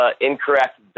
incorrect